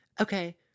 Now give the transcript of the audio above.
Okay